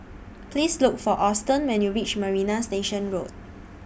Please Look For Auston when YOU REACH Marina Station Road